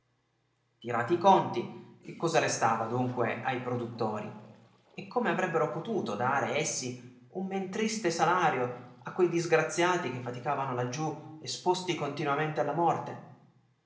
tirati i conti che cosa restava dunque ai produttori e come avrebbero potuto dare essi un men tristo salario a quei disgraziati che faticavano laggiù esposti continuamente alla morte